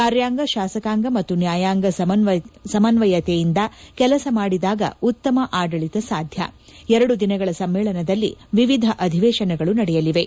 ಕಾರ್ಯಾಂಗ ಶಾಸಕಾಂಗ ಮತ್ತು ನ್ಲಾಯಾಂಗ ಸಮನ್ನಯತೆಯಿಂದ ಕೆಲಸ ಮಾಡಿದಾಗ ಉತ್ತಮ ಆಡಳಿತ ಸಾಧ್ಯ ಎರಡು ದಿನಗಳ ಸಮ್ಮೇಳನದಲ್ಲಿ ವಿವಿಧ ಅಧಿವೇಶನಗಳು ನಡೆಯಲಿವೆ